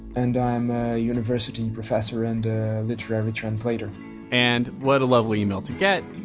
and i'm a university professor and a literary translator and what a lovely email to get.